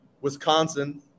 Wisconsin